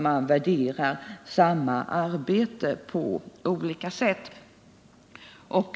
Man värderar samma arbete på olika sätt.